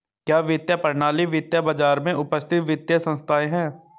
क्या वित्तीय प्रणाली वित्तीय बाजार में उपस्थित वित्तीय संस्थाएं है?